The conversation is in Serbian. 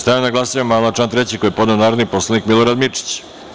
Stavljam na glasanje amandman na član 3. koji je podneo narodni poslanik Milorad Mirčić.